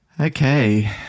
Okay